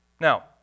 Now